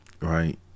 Right